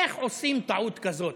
איך עושים טעות כזאת?